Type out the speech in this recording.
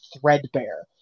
threadbare